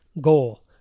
Goal